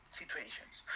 situations